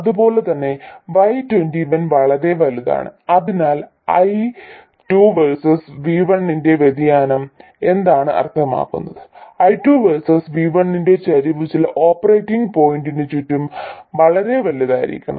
അതുപോലെ തന്നെ y21 വളരെ വലുതാണ് അതിനാൽ I2 വേഴ്സസ് V1 ന്റെ വ്യതിയാനം എന്താണ് അർത്ഥമാക്കുന്നത് I2 വേഴ്സസ് V1 ന്റെ ചരിവ് ചില ഓപ്പറേറ്റിംഗ് പോയിന്റിന് ചുറ്റും വളരെ വലുതായിരിക്കണം